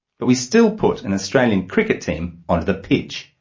but we still put an australian cricket team onto the pitch.